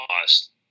lost